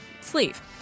sleeve